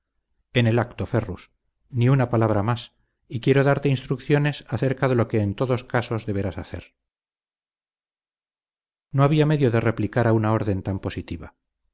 en el acto ferrus ni una palabra más y quiero darte instrucciones acerca de lo que en todos casos deberás hacer no había medio de replicar a una orden tan positiva